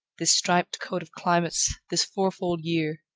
this striped coat of climates, this fourfold year?